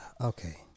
okay